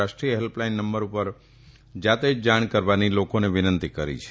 રાષ્ટ્રીય helpline number પર જાતે જ જાણ કરવાની લોકોને વિનંતી કરી છે